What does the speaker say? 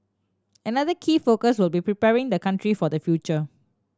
another key focus will be preparing the country for the future